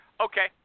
okay